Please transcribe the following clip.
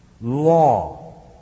law